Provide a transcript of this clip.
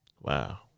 Wow